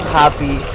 happy